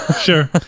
Sure